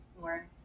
more